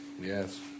Yes